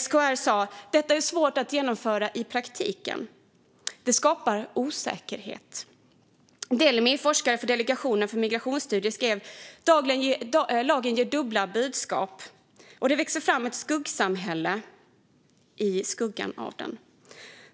SKR sa: Detta är svårt att genomföra i praktiken. Det skapar osäkerhet. Delmi, Delegationen för migrationsstudier, skrev: Lagen ger dubbla budskap, och det växer fram ett skuggsamhälle i skuggan av den.